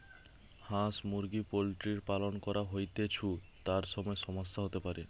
হাঁস মুরগি পোল্ট্রির পালন করা হৈতেছু, তার সময় সমস্যা হতে পারে